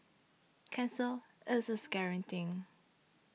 cancer is a scary thing